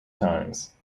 times